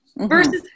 versus